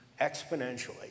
exponentially